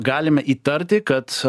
galime įtarti kad